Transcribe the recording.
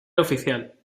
oficial